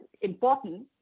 important